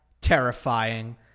terrifying